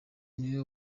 niwe